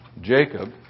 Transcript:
Jacob